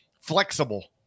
flexible